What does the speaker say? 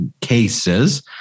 cases